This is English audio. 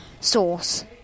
source